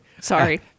Sorry